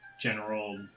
general